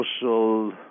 social